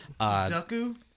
Zaku